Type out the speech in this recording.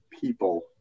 people